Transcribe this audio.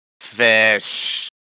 fish